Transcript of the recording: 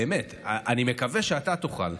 באמת, אני מקווה שאתה תוכל.